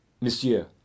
Monsieur